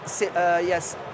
Yes